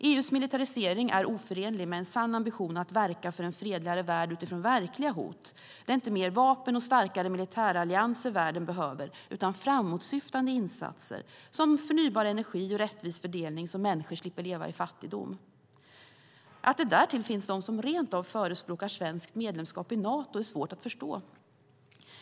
EU:s militarisering är oförenlig med en sann ambition att verka för en fredligare värld utifrån verkliga hot. Det är inte mer vapen och starkare militärallianser världen behöver utan framåtsyftande insatser som förnybar energi och rättvis fördelning så att människor slipper leva i fattigdom. Att det därtill finns de som rentav förespråkar svenskt medlemskap i Nato är svårt att förstå.